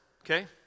okay